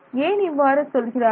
ஏன் இவ்வாறு சொல்கிறார்கள்